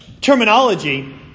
terminology